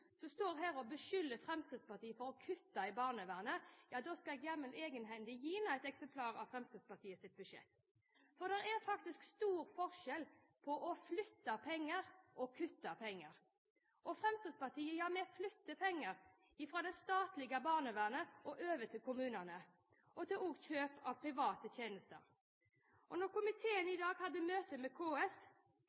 Så er det vel og bra med øremerkede midler. Det etterlyste opposisjonen i fjor. Men det er ikke nok. Etter å ha hørt på representanten Gunn Karin Gjul, som sto her og beskyldte Fremskrittspartiet for å kutte i barnevernet, skal jeg jammen egenhendig gi henne et eksemplar av Fremskrittspartiets budsjett. For det er faktisk stor forskjell på å flytte penger og å kutte penger. Fremskrittspartiet flytter penger fra det statlige barnevernet og over til kommunene og